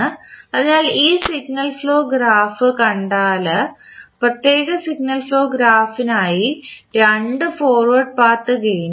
അതിനാൽ ഈ signal flow graph കണ്ടാൽ പ്രത്യേക സിഗ്നൽ ഫ്ലോ ഗ്രാഫിനായി 2 ഫോർവേഡ് പാത്ത് ഗേനുകളുണ്ട്